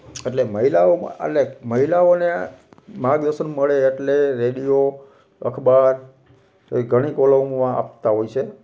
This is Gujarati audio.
એટલે મહિલાઓમાં અટલે મહિલાઓને માર્ગદર્શન મળે એટલે રેડિયો અખબાર એવી ઘણી કોલમો આપતાં હોય છે